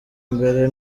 mbere